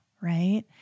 Right